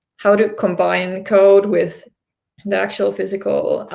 how to combine code with actual physical